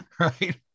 Right